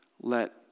Let